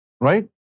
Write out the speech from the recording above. Right